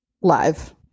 Live